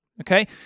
okay